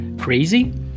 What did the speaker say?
crazy